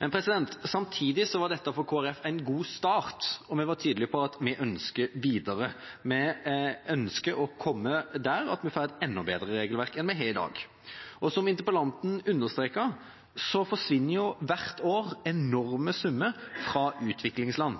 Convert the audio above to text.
en god start, og vi var tydelige på at vi videre ønsker å komme dit at vi får et enda bedre regelverk enn vi har i dag. Som interpellanten understreket, forsvinner hvert år enorme summer fra utviklingsland.